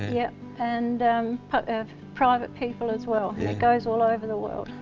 yep and private people as well. it goes all over the world.